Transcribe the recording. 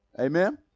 Amen